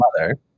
mother